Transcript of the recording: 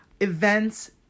events